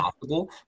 possible